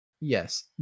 yes